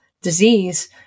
disease